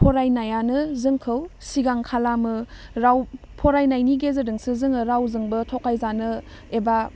फरायनायानो जोंखौ सिगां खालामो राव फरायनायनि गेजेरजोंसो जोङो रावजोंबो थगायजानो एबा